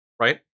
right